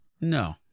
No